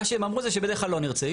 מה שהם אמרו זה שבדרך כלל לא נרצה.